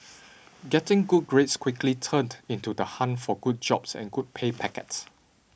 getting good grades quickly turned into the hunt for good jobs and good pay packets